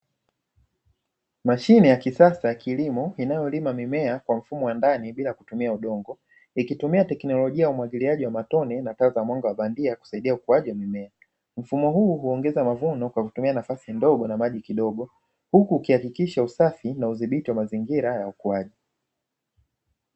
Mashine ya kisasa ya kilimo inayolima mimea kwa mfumo wa maji bila kutumia udongo. Ikitumia teknolojia ya umwagiliaji wa matone na taa za mwanga wa bandia, kusaidia ukuaji wa mimea hiyo. Mfumo huu huongeza mavuno kwa kutumia nafasi ndogo na maji kidogo, huku ukihakikisha usafi na udhibiti wa mazingira ya ukuaji.